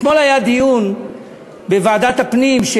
אתמול היה דיון בוועדת הפנים,